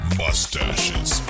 mustaches